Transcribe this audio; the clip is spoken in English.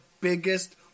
biggest